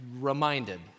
reminded